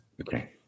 Okay